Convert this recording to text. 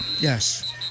Yes